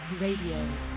radio